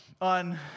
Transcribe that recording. on